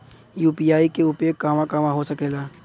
UPI के उपयोग कहवा कहवा हो सकेला?